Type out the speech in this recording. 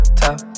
top